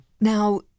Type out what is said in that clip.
Now